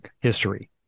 history